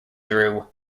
through